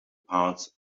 parts